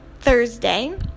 Thursday